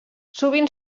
sovint